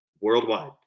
worldwide